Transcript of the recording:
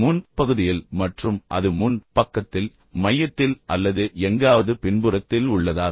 முன் பகுதியில் மற்றும் அது முன் பக்கத்தில் மையத்தில் அல்லது எங்காவது பின்புறத்தில் உள்ளதா